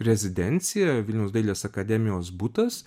rezidencija vilniaus dailės akademijos butas